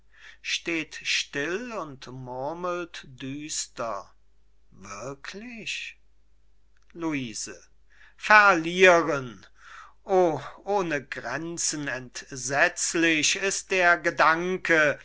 steht still und murmelt düster wirklich luise verlieren o ohne grenzen entsetzlich ist der gedanke gräßlich